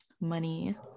money